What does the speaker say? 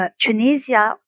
Tunisia